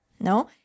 no